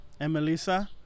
emelisa